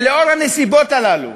ולנוכח הנסיבות האלה,